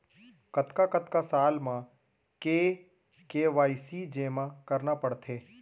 कतका कतका साल म के के.वाई.सी जेमा करना पड़थे?